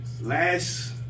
last